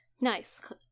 Nice